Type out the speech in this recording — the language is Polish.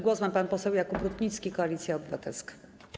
Głos ma pan poseł Jakub Rutnicki, Koalicja Obywatelska.